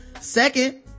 Second